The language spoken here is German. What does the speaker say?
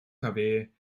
grafenrheinfeld